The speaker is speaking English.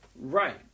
Right